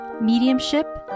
mediumship